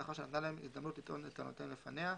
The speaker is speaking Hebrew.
לאחר שנתנה להם הזדמנות לטעון את טענותיהם לפניה,